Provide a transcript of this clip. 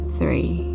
three